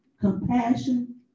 compassion